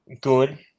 good